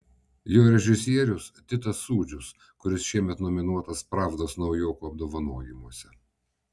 jo režisierius titas sūdžius kuris šiemet nominuotas pravdos naujokų apdovanojimuose